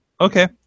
Okay